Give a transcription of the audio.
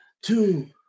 two